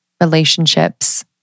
relationships